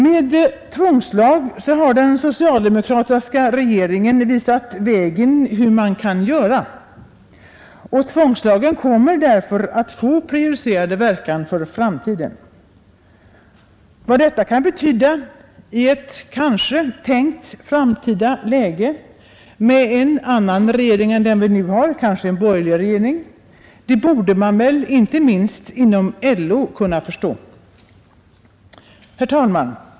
Med denna tvångslag har den socialdemokratiska regeringen visat vägen, och tvångslagen kommer därför att få prejudicerande verkan. Vad detta kan betyda i ett tänkt framtida läge med en annan regering än den vi nu har — kanske en borgerlig regering — borde man inte minst inom LO kunna förstå. Herr talman!